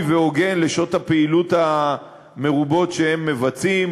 והוגן על שעות הפעילות המרובות שהם מבצעים,